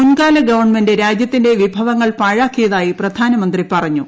മുൻകാല ഗവൺമെന്റ് രാജ്യത്തിന്റെ വിഭവങ്ങൾ പാഴാക്കിയതായി പ്രധാനമന്ത്രി പറഞ്ഞു